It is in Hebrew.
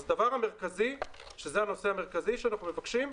אז הדבר המרכזי, שזה הנושא המרכזי שאנחנו מבקשים,